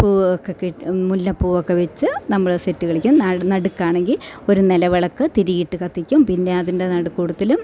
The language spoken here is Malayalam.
പൂ ഒക്കെ കെട്ടി മുല്ലപ്പൂവ് ഒക്കെ വെച്ച് നമ്മൾ സെറ്റുകളിക്കും നടുക്ക് ആണെങ്കിൽ ഒരു നിലവിളക്ക് തിരിയിട്ട് കത്തിക്കും പിന്നെ അതിൻ്റെ നടുക്ക് കൂടത്തിലും